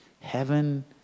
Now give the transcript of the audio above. Heaven